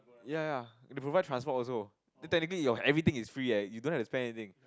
ya ya and they provide transport also then technically your everything is free eh you don't have to spend anything